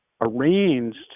arranged